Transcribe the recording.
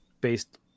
based